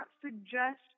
suggest